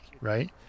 right